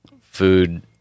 food